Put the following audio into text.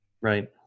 Right